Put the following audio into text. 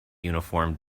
uniform